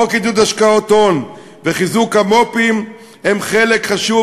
חוק לעידוד השקעות הון וחיזוק המו"פים הם חלק חשוב